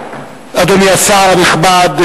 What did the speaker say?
אדוני השר הנכבד,